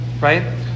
Right